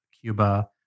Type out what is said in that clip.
Cuba